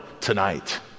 tonight